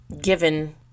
given